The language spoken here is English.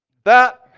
that